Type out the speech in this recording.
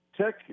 Tech